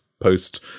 post